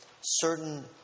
certain